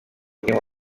niho